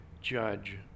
judge